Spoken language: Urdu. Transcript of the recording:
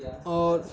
اور